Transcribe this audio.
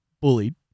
bullied